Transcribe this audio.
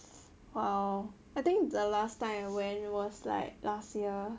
!wow! I think the last time I went was like last year